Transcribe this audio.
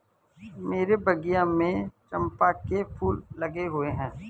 मेरे बगिया में चंपा के फूल लगे हुए हैं